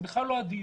זה בכלל לא הדיון,